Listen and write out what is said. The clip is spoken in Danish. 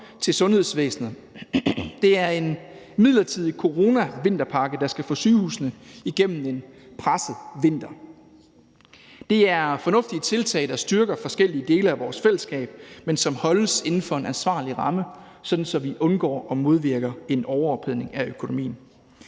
til sundhedsvæsenet. Det er en midlertidig coronavinterpakke, der skal få sygehusene igennem en presset vinter. Det er fornuftige tiltag, der styrker forskellige dele af vores fællesskab, men som holdes inden for en ansvarlig ramme, så vi undgår og modvirker en overophedning af økonomien.